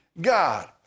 God